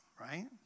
right